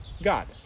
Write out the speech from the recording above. God